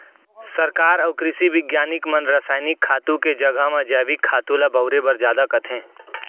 सरकार अउ कृसि बिग्यानिक मन रसायनिक खातू के जघा म जैविक खातू ल बउरे बर जादा कथें